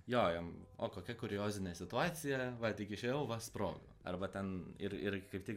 jo jam o kokia kuriozinė situacija va tik išėjau va sprogo arba ten ir ir kaip tik